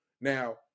Now